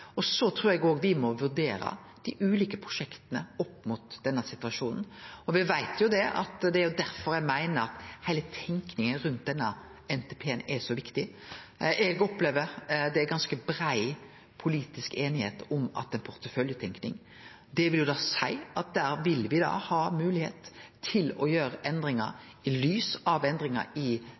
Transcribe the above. trur òg me må vurdere dei ulike prosjekta opp mot denne situasjonen. Det er derfor eg meiner at heile tenkinga rundt denne NTP-en er så viktig. Eg opplever at det er ganske brei politisk einigheit om at det er ei porteføljetenking. Det vil seie at me vil ha moglegheit til å gjere endringar i lys av endringar i